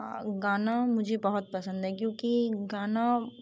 गाना मुझे बहुत पसंद है क्योंकि गाना